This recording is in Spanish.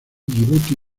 yibuti